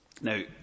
Now